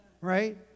Right